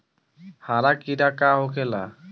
हरा कीड़ा का होखे ला?